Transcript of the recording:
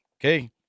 Okay